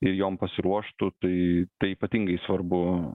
ir jom pasiruoštų tai ypatingai svarbu